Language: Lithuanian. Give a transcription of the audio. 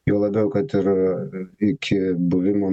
juo labiau kad ir iki buvimo